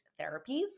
therapies